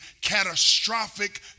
catastrophic